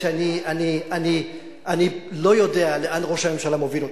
אני לא יודע לאן ראש הממשלה מוביל אותנו.